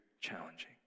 challenging